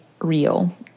real